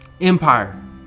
empire